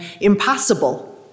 impossible